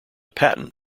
patent